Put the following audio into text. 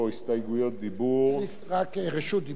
רק רשות דיבור, זה כבר לא נקרא הסתייגויות דיבור.